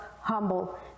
humble